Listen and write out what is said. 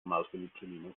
malfeliĉulino